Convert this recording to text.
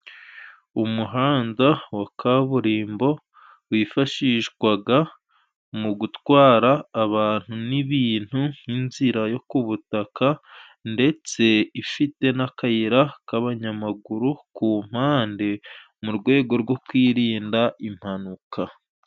Umuhanda wa kaburimbo wifashishwaga mu gutwara abantu n'ibintu nk'inzira yo ku butaka ndetse ifite n'akayira k'abanyamaguru ku mpande mu rwego rwo kwirinda impanuka.